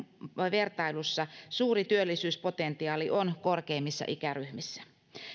vertailussa suuri työllisyyspotentiaali on korkeimmissa ikäryhmissä